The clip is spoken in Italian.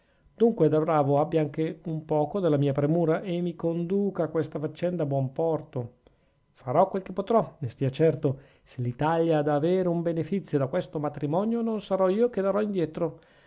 dunque da bravo abbia anche un poco della mia premura e mi conduca questa faccenda a buon porto farò quel che potrò ne stia certo se l'italia ha da avere un benefizio da questo matrimonio non sarò io che darò indietro